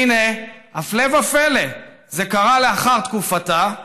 והינה, הפלא ופלא, זה קרה לאחר תקופתה,